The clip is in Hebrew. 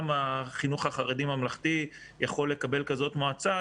גם החינוך הממלכתי-חרדי יכול לקבל כזאת מועצה.